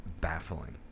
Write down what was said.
baffling